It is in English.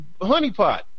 honeypot